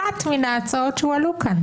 אחת מן ההצעות שהועלו כאן.